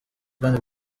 kandi